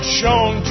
shown